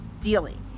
dealing